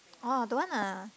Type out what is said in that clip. orh don't want lah